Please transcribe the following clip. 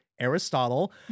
Aristotle